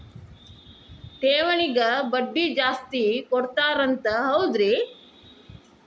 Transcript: ಠೇವಣಿಗ ಬಡ್ಡಿ ಜಾಸ್ತಿ ಕೊಡ್ತಾರಂತ ಹೌದ್ರಿ?